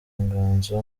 inganzo